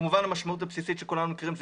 כמובן המשמעות הבסיסית שכולנו מכירים היא